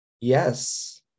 Yes